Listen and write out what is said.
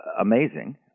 amazing